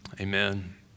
Amen